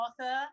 author